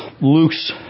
Luke's